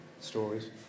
stories